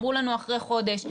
אמרו לנו אחרי חודש,